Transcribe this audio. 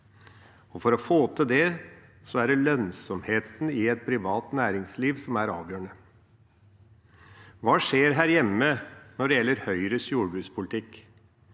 For å få til det er det lønnsomheten i et privat næringsliv som er avgjørende. Hva skjer her hjemme når det gjelder Høyres jordbrukspolitikk?